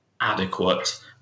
adequate